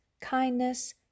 kindness